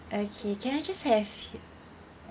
okay can I just have